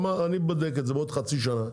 אני אבדוק את זה עוד חצי שנה,